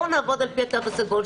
בואו נעבוד על פי התו הסגול.